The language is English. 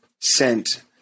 sent